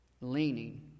leaning